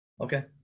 Okay